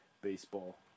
baseball